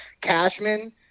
Cashman